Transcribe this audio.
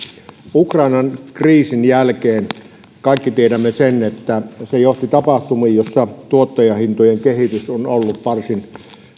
ukrainan kriisin jälkeen kaikki tiedämme sen että se johti tapahtumiin joiden takia tuottajahintojen kehitys on ollut varsin